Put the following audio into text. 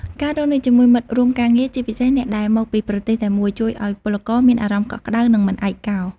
ការរស់នៅជាមួយមិត្តរួមការងារ ជាពិសេសអ្នកដែលមកពីប្រទេសតែមួយ ជួយឱ្យពលករមានអារម្មណ៍កក់ក្ដៅ និងមិនឯកោ ។